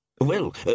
Well